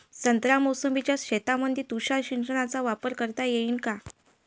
संत्रा मोसंबीच्या शेतामंदी तुषार सिंचनचा वापर करता येईन का?